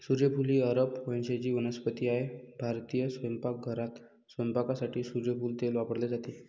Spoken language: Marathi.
सूर्यफूल ही अरब वंशाची वनस्पती आहे भारतीय स्वयंपाकघरात स्वयंपाकासाठी सूर्यफूल तेल वापरले जाते